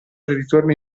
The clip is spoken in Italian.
ritorno